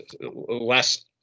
less